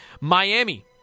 Miami